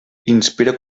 inspira